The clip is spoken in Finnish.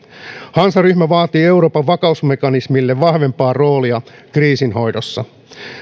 hansaryhmä vaatii euroopan vakausmekanismille vahvempaa roolia kriisinhoidossa